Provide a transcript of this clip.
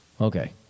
Okay